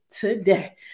today